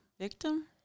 victim